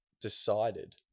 decided